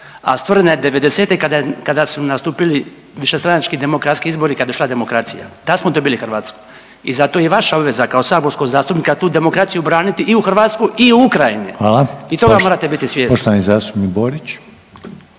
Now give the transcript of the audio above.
a stvorena je '90. kada su nastupili višestranački demokratski izbori, kada je došla demokracija. Tad smo dobili Hrvatsku i zato je i vaša obveza kao saborskog zastupnika tu demokraciju braniti i u Hrvatsku i u Ukrajini i .../Upadica: Hvala./... toga morate biti svjesni. **Reiner,